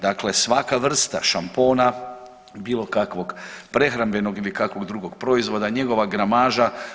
Dakle, svaka vrsta šampona, bilo kakvog prehrambenog ili bilo kakvog drugog proizvoda, njegova gramaža.